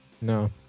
No